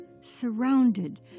surrounded